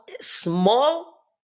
small